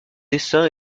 dessins